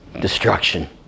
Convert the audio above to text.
destruction